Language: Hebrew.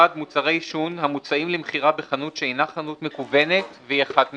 (1)מוצרי עישון המוצעים למכירה בחנות שאינה חנות מקוונת והיא אחת מאלה: